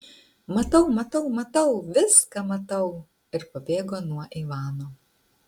matau matau matau viską matau ir pabėgo nuo ivano